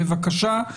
בבקשה.